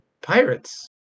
pirates